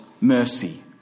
mercy